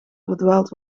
verdwaald